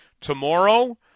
Tomorrow